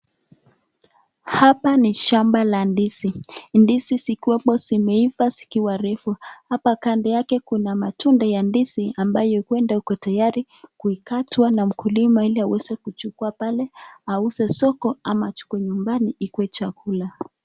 Hapa ni shamba la ndizi, ndizi zikiwemo zimeiva zikiwa refu hapa kando yake kuna matunda ya ndizi ambayo huenda iko tayari kukatwa na mkulima ili aweze kuchukua pale auze soko au achukue nyumbani ikue chakula.